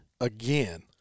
Again